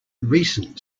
recent